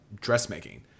dressmaking